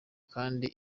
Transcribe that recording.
kandi